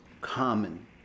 common